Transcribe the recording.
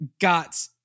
got